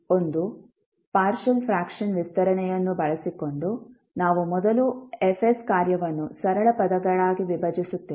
ಒಂದು partial fraction ವಿಸ್ತರಣೆಯನ್ನು ಬಳಸಿಕೊಂಡು ನಾವು ಮೊದಲು F ಕಾರ್ಯವನ್ನು ಸರಳ ಪದಗಳಾಗಿ ವಿಭಜಿಸುತ್ತೇವೆ